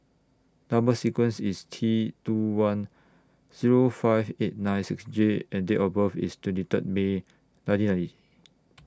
Number sequence IS T two one Zero five eight nine six J and Date of birth IS twenty Third May nineteen ninety